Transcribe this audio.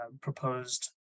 proposed